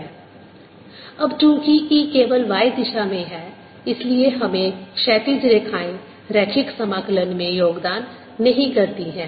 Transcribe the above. E B∂t Edl ddtBdS अब चूँकि E केवल y दिशा में है इसलिए इसमें क्षैतिज रेखाएँ रैखिक समाकलन में योगदान नहीं करती हैं